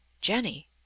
jenny